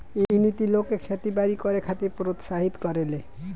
इ नीति लोग के खेती बारी करे खातिर प्रोत्साहित करेले